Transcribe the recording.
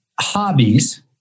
hobbies